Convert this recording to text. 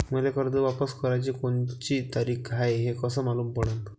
मले कर्ज वापस कराची कोनची तारीख हाय हे कस मालूम पडनं?